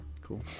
Cool